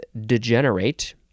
degenerate